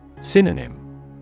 Synonym